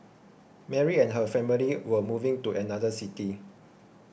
Mary and her family were moving to another city